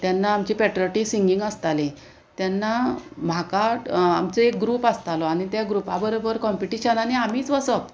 तेन्ना आमची patriotic singing आसतालें तेन्ना म्हाका आमचो एक ग्रूप आसतालो आनी त्या ग्रुपा बरोबर कॉम्पिटिशनांनी आमीच वचप